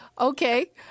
okay